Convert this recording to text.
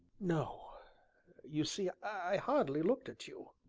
no you see, i hardly looked at you.